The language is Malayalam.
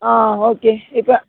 ആ ഓക്കേ ഇക്കാ